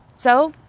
so,